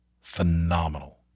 phenomenal